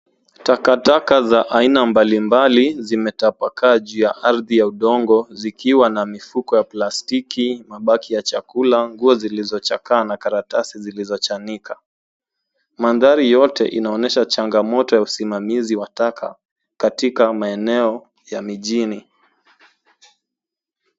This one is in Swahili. Takataka za aina mbalimbali zimetapakaa juu ya ardhi ya udongo zikiwa na mifuko ya plastiki, mabaki ya chakula, nguo zilizochakaa na karatasi zilizochanika. Mandhari yote inaonyesha chagamoto ya usimamizi wa taka katika maeneo ya mijini.